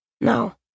No